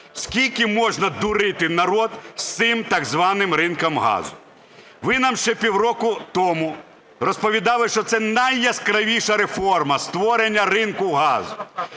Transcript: скільки можна дурити народ з цим так званим ринком газу? Ви нам ще півроку тому розповідали, що це найяскравіша реформа – створення ринку газу.